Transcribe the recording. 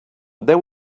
there